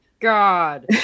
god